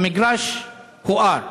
המגרש הואר.